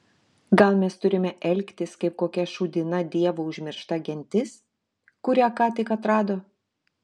gal mes turime elgtis kaip kokia šūdina dievo užmiršta gentis kurią ką tik atrado